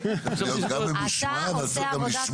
צריך להיות גם ממושמע אבל גם לשמוע.